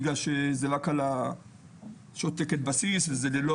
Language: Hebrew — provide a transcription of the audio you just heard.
בגלל שזה רק על השעות תקן בסיס וזה ללא